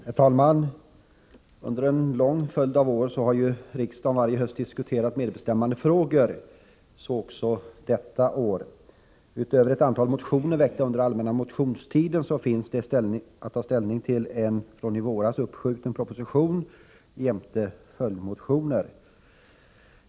Herr talman! Under en lång följd av år har riksdagen varje höst diskuterat medbestämmandefrågor — så också detta år. Utöver ett antal motioner väckta under den allmänna motionstiden har vi att ta ställning till en från i våras uppskjuten proposition jämte följdmotioner.